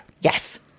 Yes